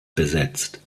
besetzt